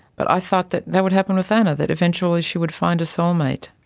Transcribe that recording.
but i thought that that would happen with anna, that eventually she would find a soulmate.